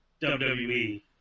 WWE